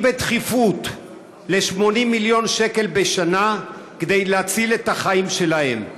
בדחיפות ל-80 מיליון שקלים בשנה כדי להציל את החיים שלהם.